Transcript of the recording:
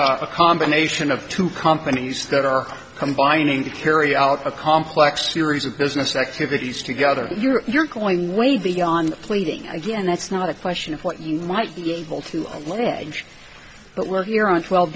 is a combination of two companies that are combining to carry out a complex series of business activities together you're going way beyond pleading again that's not a question of what you might be able to let it change but we're here on twelve